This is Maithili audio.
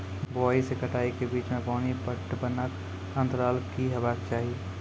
बुआई से कटाई के बीच मे पानि पटबनक अन्तराल की हेबाक चाही?